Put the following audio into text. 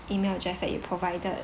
E-mail address that you provided